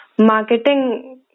marketing